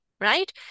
Right